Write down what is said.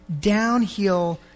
downhill